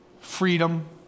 freedom